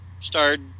started